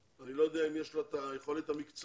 אני לא יודע אם יש לה את היכולת המקצועית